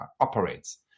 operates